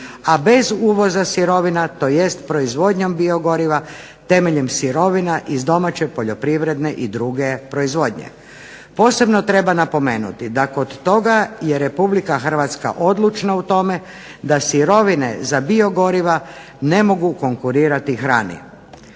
a bez uvoza sirovina, tj. proizvodnjom biogoriva temeljem sirovina iz domaće poljoprivredne i druge proizvodnje. Posebno treba napomenuti da kod toga je Republika Hrvatska odlučna u tome da sirovine za biogoriva ne mogu konkurirati hrani.